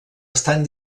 estan